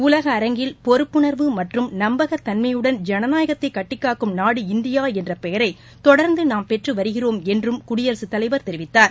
உலக அரங்கில் பொறுப்புணர்வு மற்றும் நம்பகத்தன்மையுடன் ஜனநாயகத்தை கட்டிக் காக்கும் நாடு இந்தியா என்ற பெயரை தொடர்ந்து நாம் பெற்று வருகிறோம் என்று குடியரசுத் தலைவர் தெரிவித்தார்